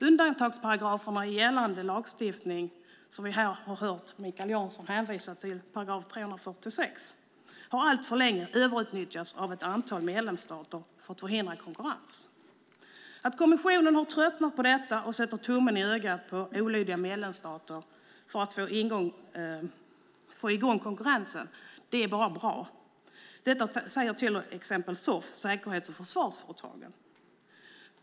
Undantagsparagraferna i gällande lagstiftning -§ 346 som vi har hört Mikael Jansson hänvisa till - har alltför länge överutnyttjats av ett antal medlemsstater för att förhindra konkurrens. Att kommissionen har tröttnat på detta och sätter tummen i ögat på olydiga medlemsstater för att få i gång konkurrensen är bra. Detta säger till exempel SOF, säkerhets och försvarsföretagen.